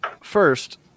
first